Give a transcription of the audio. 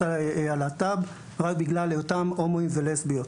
הלהט"ב רק בגלל היותם הומואים ולסביות.